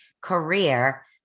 career